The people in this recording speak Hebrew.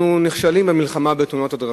אנחנו נכשלים במלחמה בתאונות הדרכים,